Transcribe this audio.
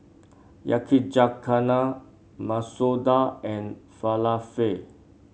Yakizakana Masoor Dal and Falafel